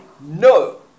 No